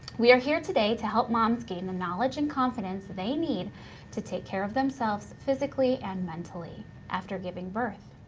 we are here today to help moms gain the knowledge and confidence they need to take care of themselves physically and mentally after giving birth.